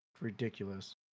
ridiculous